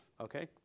okay